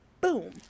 boom